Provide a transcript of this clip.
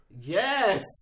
Yes